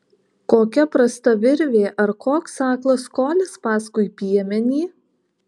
kokia prasta virvė ar koks aklas kolis paskui piemenį